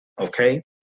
okay